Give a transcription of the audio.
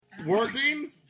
Working